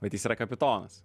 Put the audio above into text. bet jis yra kapitonas